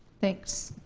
thanks.